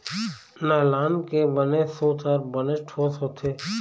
nylon के बने सूत ह बनेच ठोस होथे